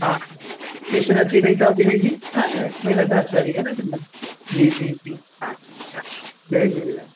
हा हा स्टेशन अची वेई अथव ॿिन्हिनि जी हा न मिलंदासीं वरी हा न जी जी हा हा जय झूलेलाल